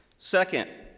second,